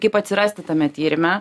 kaip atsirasti tame tyrime